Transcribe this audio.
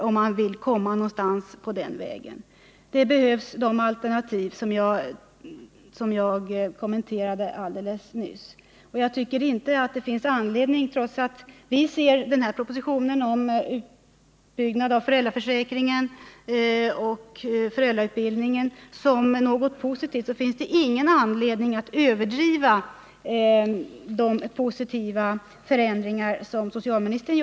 Om man vill komma någonstans i det avseendet krävs det helt andra åtgärder, nämligen att man ändrar på de förhållanden som jag nyss räknade upp. Även om vi ser propositionen om en utbyggd föräldraförsäkring och om föräldrautbildning som något positivt, finns det som jag ser det ingen anledning att som socialministern gör överdriva betydelsen av de positiva förändringarna för föräldrarna.